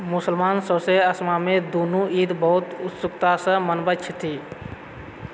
मुसलमान सौसे असममे दूनू ईद बहुत उत्सुकतासँ मनबैत छथि